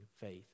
faith